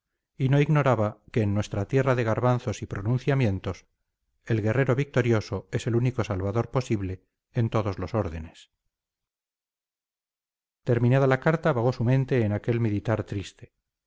y no ignoraba que en nuestra tierra de garbanzos y pronunciamientos el guerrero victorioso es el único salvador posible en todos los órdenes terminada la carta vagó su mente en aquel meditar triste